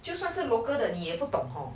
就算是 local 的你也不懂